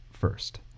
first